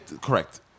correct